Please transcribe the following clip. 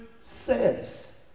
says